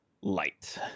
light